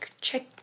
check